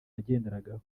yagenderagaho